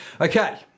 Okay